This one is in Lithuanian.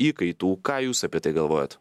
įkaitų ką jūs apie tai galvojat